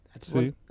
See